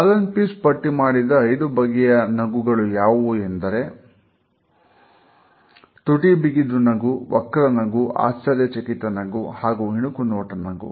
Alan Pease ಪಟ್ಟಿಮಾಡಿದ ಐದು ಬಗೆಯ ನದಿಗಳು ಯಾವುವು ಎಂದರೆ ತುಟಿ ಬಿಗಿದು ನಗು ವಕ್ರ ನಗು ಆಶ್ಚರ್ಯಚಕಿತ ನಗು ಹಾಗೂ ಇಣುಕುನೋಟ ನಗು